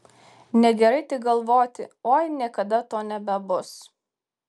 negerai tik galvoti oi niekada to nebebus